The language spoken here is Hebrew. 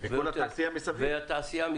וכל התעשייה מסביב.